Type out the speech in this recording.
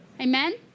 Amen